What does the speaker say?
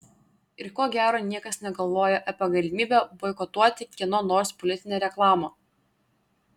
ir ko gero niekas negalvojo apie galimybę boikotuoti kieno nors politinę reklamą